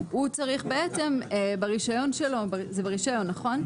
הוא צריך ברישיון שלו זה ברישיון, נכון?